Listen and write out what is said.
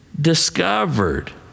discovered